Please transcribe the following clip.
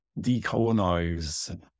decolonize